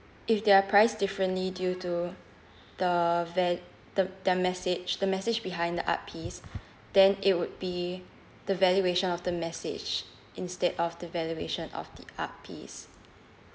if they are priced differently due to the va~ the their message the message behind the art piece then it would be the valuation of the message instead of the valuation of the art piece